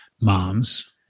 moms